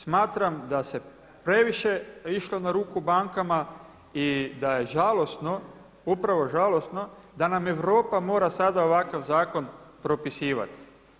Smatram da se previše išlo na ruku bankama i da je žalosno, upravo žalosno da nam Europa mora sada ovakav zakon propisivati.